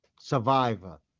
survivor